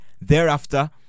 thereafter